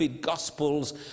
gospels